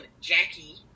Jackie